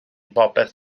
popeth